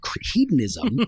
Hedonism